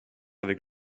avec